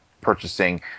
purchasing